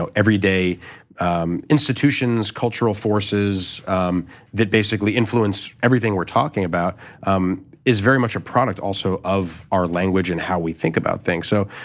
so every day institutions, cultural forces that basically influence everything we're talking about is very much a product also of our language and how we think about things. so,